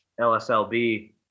lslb